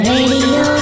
Radio